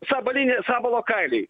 sabalinį sabalo kailiai